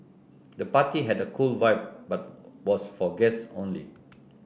the party had a cool vibe but was for guests only